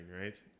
right